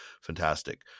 fantastic